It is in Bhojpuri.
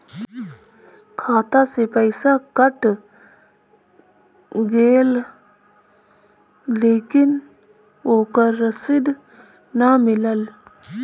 खाता से पइसा कट गेलऽ लेकिन ओकर रशिद न मिलल?